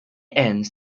ends